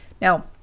Now